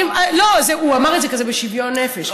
לא, הוא אמר את זה בשוויון נפש כזה.